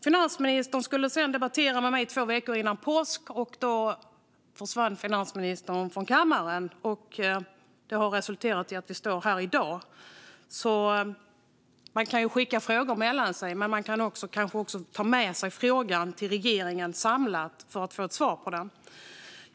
Finansministern skulle sedan debattera med mig två veckor innan påsk, men då försvann finansministern från kammaren. Det har resulterat i att vi står här i dag. Man kan ju skicka frågor mellan sig, men man kan kanske också ta med sig frågan till regeringen samlat, för att få ett svar på den.